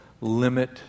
limit